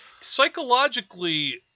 Psychologically